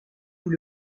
vous